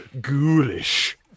ghoulish